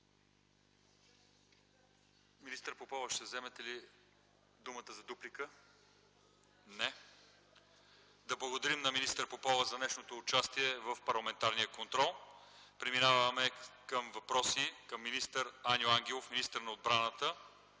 Министър Попова, ще вземете ли думата за дуплика? Не. Да благодарим на министър Попова за днешното участие в парламентарния контрол. Преминаваме към въпроси към министър Аню Ангелов – министър на отбраната.